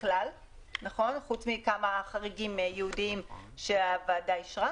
חוץ מכל החריגים הייעודיים שהוועדה אישרה.